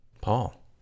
Paul